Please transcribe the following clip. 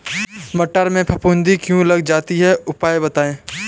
मटर में फफूंदी क्यो लग जाती है उपाय बताएं?